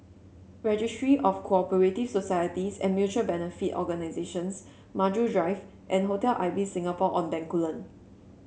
Registry of Co operative Societies and Mutual Benefit Organisations Maju Drive and Hotel Ibis Singapore On Bencoolen